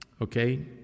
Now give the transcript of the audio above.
okay